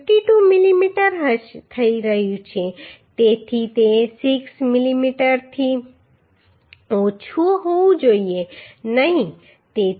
52 millimetre થઈ રહ્યું છે તેથી તે 6 મીમીથી ઓછું હોવું જોઈએ નહીં